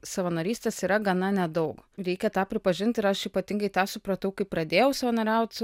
savanorystės yra gana nedaug reikia tą pripažint ir aš ypatingai tą supratau kai pradėjau savanoriaut